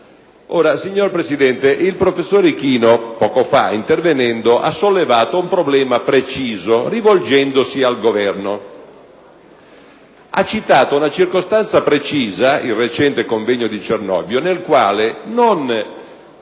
Signor Presidente, il professor Ichino poco fa nel suo intervento ha sollevato un problema preciso rivolgendosi al Governo. Ha citato una circostanza precisa: il recente convegno di Cernobbio, nel quale, non